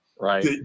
right